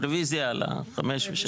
רביזיה על 5 ו-6.